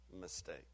mistake